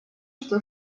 что